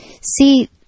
see